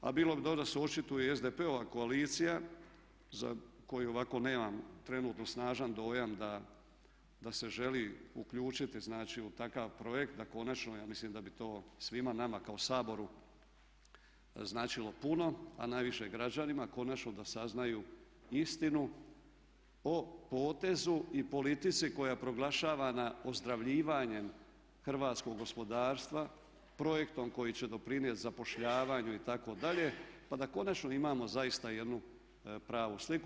A bilo bi dobro da se očituje i SDP-ova koalicija za koju ovako nemam trenutno snažan dojam da se želi uključiti znači u takav projekt da konačno, ja mislim da bi to svima nama kao Saboru značilo puno a najviše građanima, konačno da saznaju istinu o potezu i politici koja je proglašavana ozdravljivanjem hrvatskog gospodarstva, projektom koji će doprinijeti zapošljavanju itd., pa da konačno imamo zaista jednu pravu sliku.